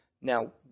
Now